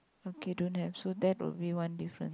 okay don't have so that will be one different